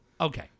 okay